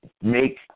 make